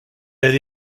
elle